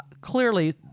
clearly